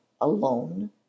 alone